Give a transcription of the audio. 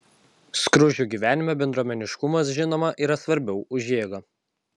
skruzdžių gyvenime bendruomeniškumas žinoma yra svarbiau už jėgą